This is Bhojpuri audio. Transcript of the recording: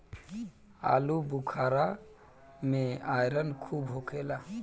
आलूबुखारा में आयरन खूब होखेला